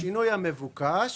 השינוי המבוקש